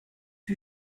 fut